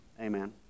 amen